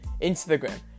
Instagram